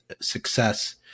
success